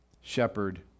Shepherd